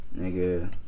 Nigga